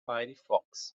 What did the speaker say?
firefox